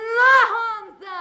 na honza